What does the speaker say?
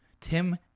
Tim